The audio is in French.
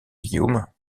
guillaume